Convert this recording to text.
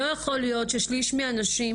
לא יכול להיות ששליש מהנשים